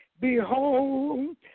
Behold